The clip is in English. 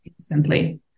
instantly